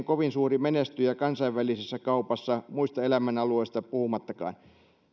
kovin suuri menestyjä kansainvälisessä kaupassa muista elämänalueista puhumattakaan